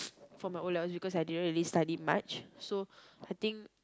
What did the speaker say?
for my O-levels because I didn't really study much so I think